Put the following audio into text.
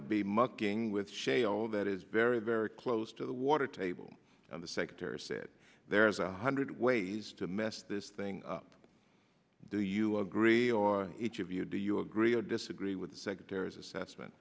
to be mucking with shale that is very very close to the water table and the secretary said there's a hundred ways to mess this thing up do you agree or each of you do you agree or disagree with the secretary's assessment